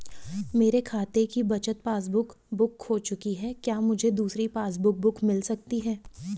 मेरे खाते की बचत पासबुक बुक खो चुकी है क्या मुझे दूसरी पासबुक बुक मिल सकती है?